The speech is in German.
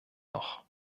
noch